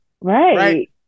Right